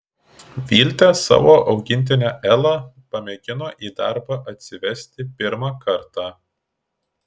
viltė savo augintinę elą pamėgino į darbą atsivesti pirmą kartą